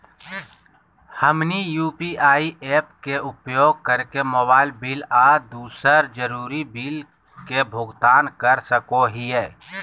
हमनी UPI apps के उपयोग करके मोबाइल बिल आ दूसर जरुरी बिल के भुगतान कर सको हीयई